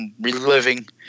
reliving